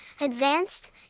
Advanced